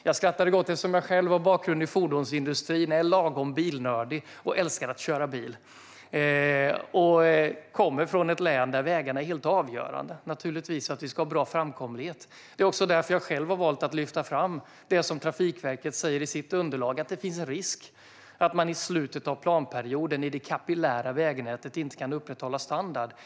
Jag skrattade gott eftersom jag själv har en bakgrund i fordonsindustrin, är lagom bilnördig och älskar att köra bil. Jag kommer från ett län där vägarna är helt avgörande för att vi ska ha bra framkomlighet. Det är också därför jag själv har valt att lyfta fram det som Trafikverket säger i sitt underlag: Det finns en risk för att man i slutet av planperioden inte kan upprätthålla standarden i det kapillära vägnätet.